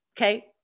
okay